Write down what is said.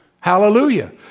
Hallelujah